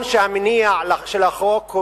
אני אכן נגד הקונסנזוס.